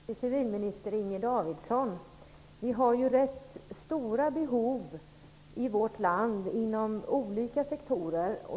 Herr talman! Jag vill ställa en fråga till civilminister Vi har i vårt land rätt stora behov inom olika sektorer.